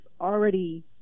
already